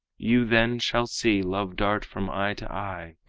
you then shall see love dart from eye to eye,